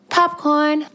Popcorn